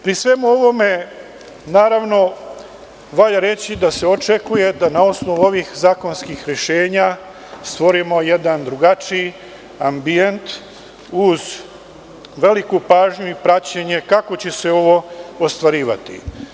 Pri svemu ovome, naravno, valja reći da se očekuje da na osnovu ovih zakonskih rešenja stvorimo jedan drugačiji ambijent uz veliku pažnju i praćenje kako će se ovo ostvarivati.